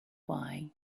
why